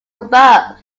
above